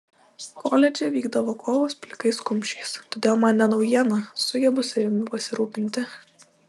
koledže vykdavo kovos plikais kumščiais todėl man ne naujiena sugebu savimi pasirūpinti